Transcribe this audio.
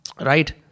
Right